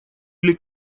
или